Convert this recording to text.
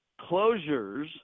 closures